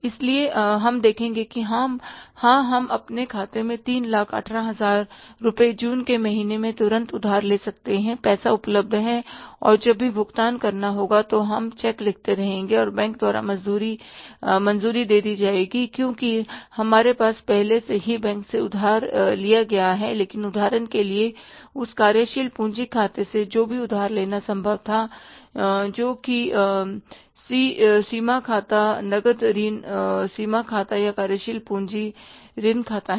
इसलिए हम देखेंगे कि हाँ हम अपने खाते में 318000 रुपये जून के महीने में तुरंत उधार ले सकते हैं कि पैसा उपलब्ध है और जब भी भुगतान करना होगा तो हम चेक लिखते रहेंगे और बैंक द्वारा मंजूरी दे दी जाएगी क्योंकि हमारे पास पहले से ही है बैंक से उधार लिया गया था लेकिन उदाहरण के लिए उस कार्यशील पूंजी खाते से जो भी उधार लेना संभव था जोकि सी सी सीमा खाता नकद ऋण सीमा खाता या कार्यशील पूंजी ऋण खाता है